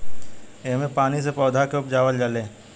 एह मे पानी से पौधा के उपजावल जाले